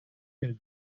nel